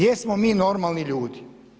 Jesmo mi normalni ljudi?